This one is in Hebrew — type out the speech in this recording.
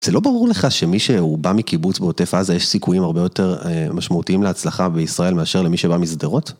זה לא ברור לך שמי שהוא בא מקיבוץ בעוטף עזה, יש סיכויים הרבה יותר משמעותיים להצלחה בישראל מאשר למי שבא משדרות?